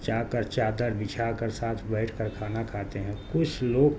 چا کر چادر بچھا کر ساتھ بیٹھ کر کھانا کھاتے ہیں کچھ لوگ